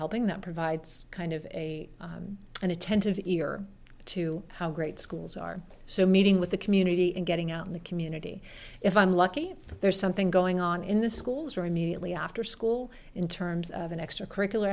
helping that provides kind of a and attentive easier to how great schools are so meeting with the community and getting out in the community if i'm lucky there's something going on in the schools or immediately after school in terms of an extracurricular